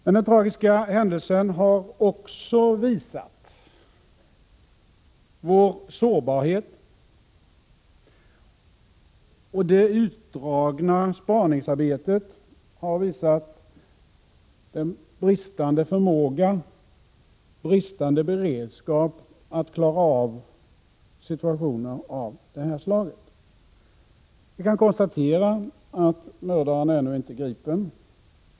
Men den tragiska händelsen har också visat vår sårbarhet, och det utdragna spaningsarbetet har visat bristande förmåga och bristande beredskap att klara av situationer av detta slag. Vi kan konstatera att mördaren ännu inte är gripen.